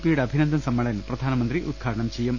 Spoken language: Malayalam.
പിയുടെ അഭിനന്ദൻ സമ്മേളൻ പ്രധാനമന്ത്രി ഉദ്ഘാടനം ചെയ്യും